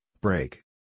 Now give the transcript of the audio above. break